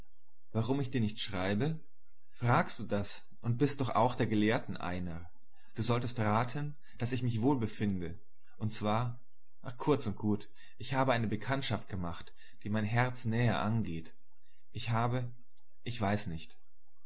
warum ich dir nicht schreibe fragst du das und bist doch auch der gelehrten einer du solltest raten daß ich mich wohl befinde und zwar kurz und gut ich habe eine bekanntschaft gemacht die mein herz näher angeht ich habe ich weiß nicht